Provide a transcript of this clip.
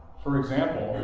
for example,